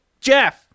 Jeff